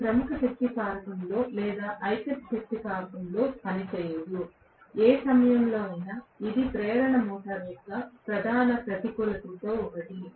ఇది ప్రముఖ శక్తి కారకంలో లేదా ఐక్యత శక్తి కారకంలో పనిచేయదు ఏ సమయంలోనైనా ఇది ప్రేరణ మోటారు యొక్క ప్రధాన ప్రతికూలతలలో ఒకటి